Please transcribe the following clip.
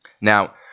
Now